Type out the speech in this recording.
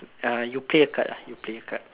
uh you play a card lah you play a card